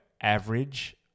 average